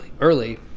early